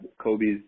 Kobe's